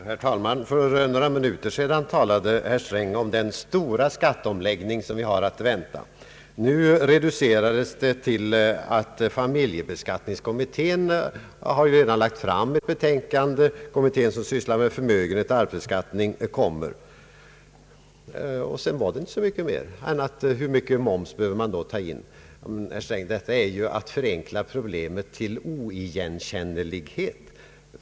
Herr talman! För några minuter sedan talade herr Sträng om den stora skatteomläggning som vi har att vänta. Nu reducerades den till familjebeskattningskommitténs redan framlagda betänkande och det betänkande som kommer från den kommitté som sysslar med förmögenhetsoch arvsbeskattning. Sedan var det inte så mycket mer annat än hur stor moms man behöver ta in. Detta är, herr Sträng, att förenkla problemen till oigenkännlighet.